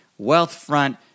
Wealthfront